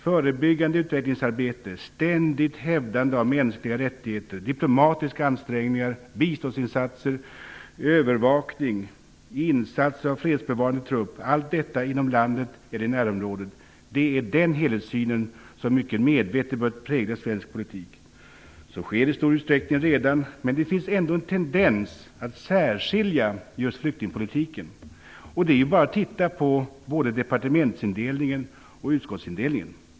Förebyggande utvecklingsarbete, ständigt hävdande av mänskliga rättigheter, diplomatiska ansträngningar, biståndsinsatser, övervakning, insatser av fredsbevarande trupp, allt detta inom landet eller i närområdet är den helhetssyn som mycket medvetet bör prägla svensk politik. Så sker i stor utsträckning redan, men det finns ändå en tendens att särskilja just flyktingpolitiken. Det är ju bara att titta på både departementsindelningen och utskottsindelningen.